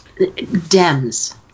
Dems